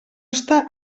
està